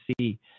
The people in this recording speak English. see